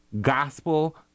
gospel